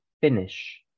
finish